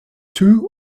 two